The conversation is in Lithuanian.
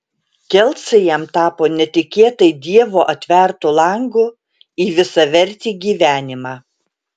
kelcai jam tapo netikėtai dievo atvertu langu į visavertį gyvenimą